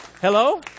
Hello